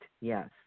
yes